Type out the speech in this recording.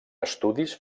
estudis